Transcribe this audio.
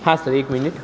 हा सर एक मिनिट